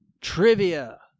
trivia